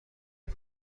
کند